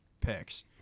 picks